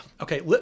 okay